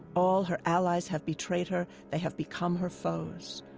all her allies have betrayed her they have become her foes.